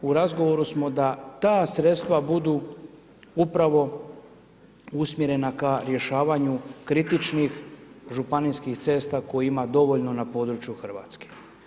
U razgovoru smo da ta sredstva budu upravo usmjerena ka rješavanju kritičnih županijskih cesta kojih ima dovoljno na području RH.